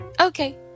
Okay